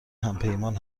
همپیمان